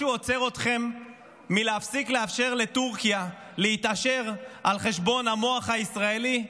משהו עוצר אתכם מלהפסיק לאפשר לטורקיה להתעשר על חשבון המוח הישראלי?